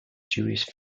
jewish